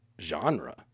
genre